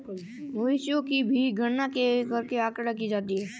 मवेशियों की भी गणना करके आँकड़ा जारी की जाती है